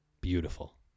Beautiful